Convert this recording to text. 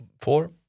four